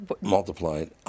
multiplied